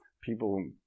people